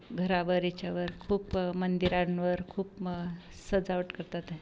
घरावर याच्यावर खूप मंदिरांवर खूप म सजावट करतात आहे